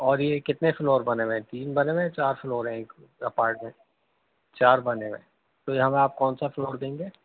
اور یہ کتنے فلور بنے ہوئے ہیں تین بنے ہوئے ہیں یا چار فلور ہیں ایک اپارٹمنٹ چار بنے ہوئے ہیں تو یہ ہمیں آپ کون سا فلور دیں گے